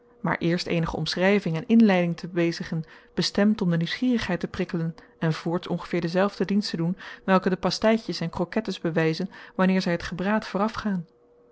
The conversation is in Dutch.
maar eerst eenige omschrijving en inleiding te bezigen bestemd om de nieuwsgierigheid te prikkelen en voorts ongeveer dezelfde dienst te doen welke de pastijtjes en croquettes bewijzen wanneer zij het